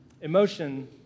emotion